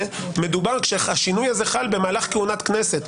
הזה מדובר שהשינוי הזה חל בזמן כהונת כנסת,